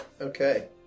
Okay